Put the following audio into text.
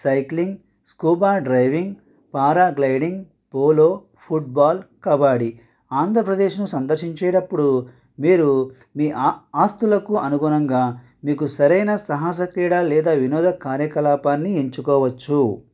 cycling scuba driving paragliding polo football kabaddi ఆంధ్రప్రదేశ్ను సందర్శించేటప్పుడు మీరు మీ ఆ ఆస్తులకు అనుగుణంగా మీకు సరైన సాహస క్రీడ లేదా వినోద కార్యకలాపాన్ని ఎంచుకోవచ్చు